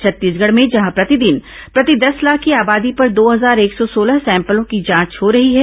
छत्तीसगढ़ में जहां प्रतिदिन प्रति दस लाख की आबादी पर दो हजार एक सौ सोलह सैम्पलों की जांच हो रही है